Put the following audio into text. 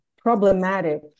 problematic